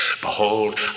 behold